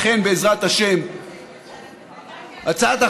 אכן, בעזרת השם.